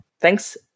Thanks